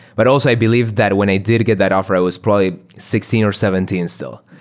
but also i believe that when i did get that offer, i was probably sixteen or seventeen still.